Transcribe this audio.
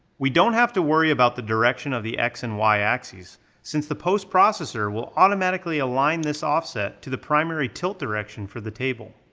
we don't have to worry about the direction of the x and y axis since the post processor will automatically align this offset to the primary tilt direction for the table.